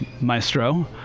maestro